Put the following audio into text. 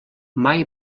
mai